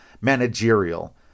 managerial